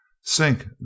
Sink